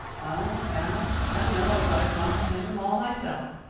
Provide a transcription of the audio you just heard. well now, i dunno as i comprehend them all myself,